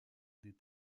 des